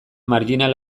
marjinal